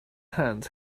hands